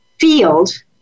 field